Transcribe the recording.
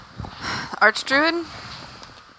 Archdruid